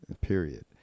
period